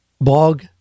blog